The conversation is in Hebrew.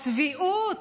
הצביעות,